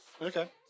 Okay